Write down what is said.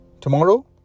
tomorrow